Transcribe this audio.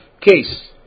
Case